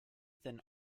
then